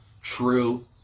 true